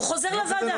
הוא חוזר לוועדה.